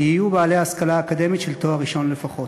יהיו בעלי השכלה אקדמית של תואר ראשון לפחות.